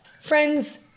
friends